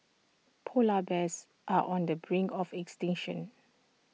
Polar Bears are on the brink of extinction